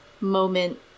moment